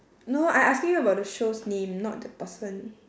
no I asking you about the show's name not the person